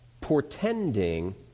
portending